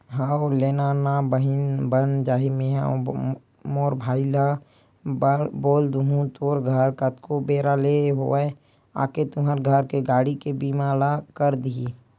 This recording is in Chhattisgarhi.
हव लेना ना बहिनी बन जाही मेंहा मोर भाई ल बोल दुहूँ तोर घर कतको बेरा ले होवय आके तुंहर घर के गाड़ी के बीमा ल कर दिही